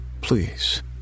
please